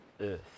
earth